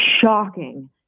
shocking